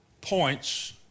points